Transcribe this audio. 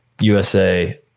USA